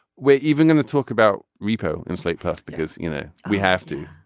we're even going to talk about repo and slate plus because you know we have to.